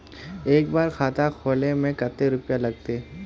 एक बार खाता खोले में कते रुपया लगते?